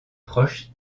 proche